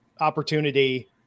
opportunity